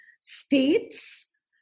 states